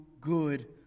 good